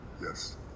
Yes